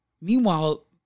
Meanwhile